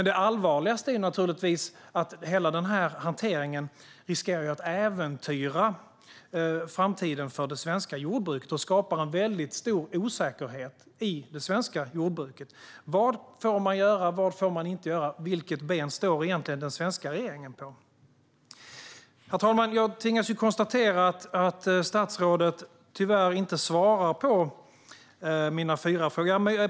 Det allvarligaste är naturligtvis att den här hanteringen riskerar att äventyra framtiden för det svenska jordbruket och skapar en stor osäkerhet i det svenska jordbruket. Vad får man göra? Vad får man inte göra? Vilket ben står egentligen den svenska regeringen på? Herr talman! Jag tvingas konstatera att statsrådet tyvärr inte svarar på mina fyra frågor.